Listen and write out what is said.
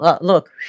look